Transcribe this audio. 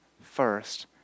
first